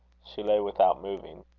she lay without moving,